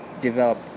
develop